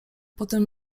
potem